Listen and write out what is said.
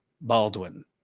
Baldwin